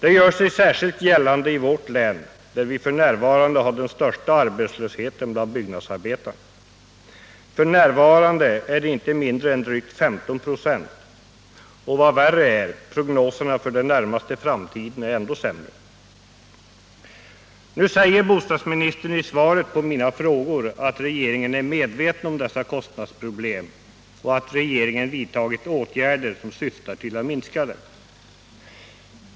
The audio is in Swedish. Det gör sig särskilt gällande i vårt län, där vi f. n. har den största arbetslösheten bland byggnadsarbetarna. Den är nu inte mindre än drygt 15 96. Och vad värre är, prognoserna för den närmaste framtiden är ändå sämre. Nu säger bostadsministern i svaret på mina frågor att regeringen är medveten om dessa kostnadsproblem och att regeringen vidtagit åtgärder som syftar till att minska dem.